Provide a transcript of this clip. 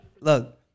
Look